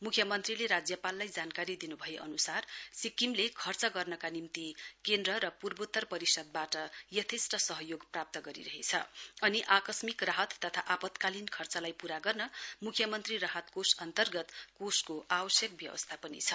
मुख्यमन्त्रीले राज्यपाललाई जानकारी दिनु भए अनुसार सिक्किमले खर्च गर्नका निम्ति केन्द्र पूर्वोत्तर परिषदबाट यथेष्ट सहयोग प्राप्त गरिरहेछ अनि आकस्मिक राहत तथा आपतकालीन खर्चलाई पूरा गर्न मुख्यमन्त्री राहत कोष अन्तर्गत कोषको आवश्यक व्यवस्था पनि छ